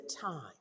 time